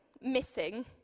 missing